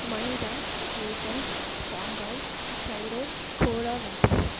Manila Athens Shanghai Cairo Kuala Lumpur